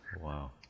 Wow